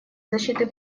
защиты